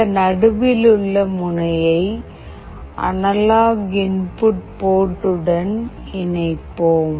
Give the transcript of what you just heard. இந்த நடுவிலுள்ள முனையை அனலாக் இன்புட் போர்ட் உடன் இணைப்போம்